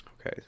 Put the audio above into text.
okay